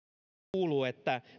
kuuluu